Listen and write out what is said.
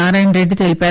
నారాయణరెడ్డి తెలిపారు